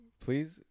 please